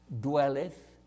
dwelleth